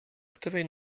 której